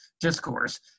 discourse